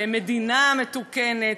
במדינה מתוקנת,